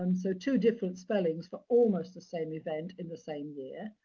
and so two different spellings for almost the same event in the same year.